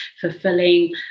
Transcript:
fulfilling